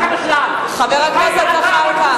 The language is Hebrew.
חבר הכנסת זחאלקה.